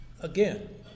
Again